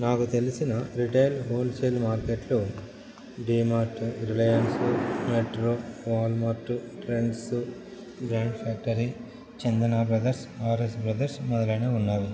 నాకు తెలిసిన retail wholesale మార్కెట్లు DMart Reliance Metro Walmart Trends Brand Factory Chandana Brothers RS Brothers మొదలైనవి ఉన్నవి